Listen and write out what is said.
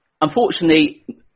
Unfortunately